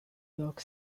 york